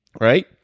Right